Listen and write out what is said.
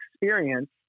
experience